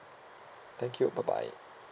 thank you bye bye